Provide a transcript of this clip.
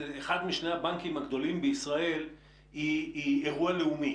אחד משני הבנקים הגדולים בישראל היא אירוע לאומי